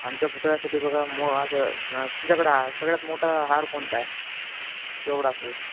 आमच्या पुतळ्यासाठी बघा मो असं तुमच्याकडं सगळ्यात मोठा हार कोणता आहे केवढा असेल